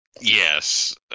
Yes